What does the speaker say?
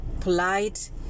polite